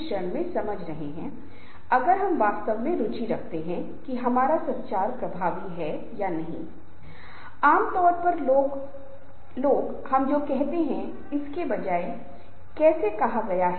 लेकिन कभी कभी हमारा संचार औपचारिक होता है कभी कभी हमारा संचार अनौपचारिक होता है और उस विशेष प्रकार के समूह के प्रकार पर निर्भर करता है